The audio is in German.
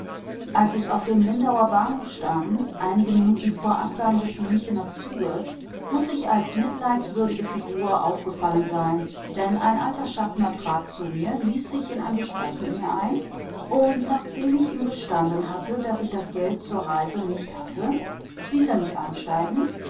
als ich auf dem lindauer bahnhof stand einige minuten vor abgang des münchener zuges muß ich als mitleidswürdige figur aufgefallen sein denn ein alter schaffner trat zu mir ließ sich in ein gespräch mit mir ein und nachdem ich ihm gestanden hatte daß ich das geld zur reise nicht hatte ließ er mich einsteigen